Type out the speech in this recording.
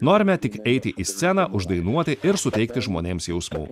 norime tik eiti į sceną uždainuoti ir suteikti žmonėms jausmų